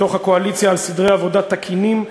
בתוך הקואליציה על סדרי עבודה תקינים,